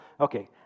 Okay